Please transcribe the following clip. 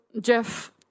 Jeff